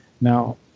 Now